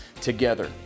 together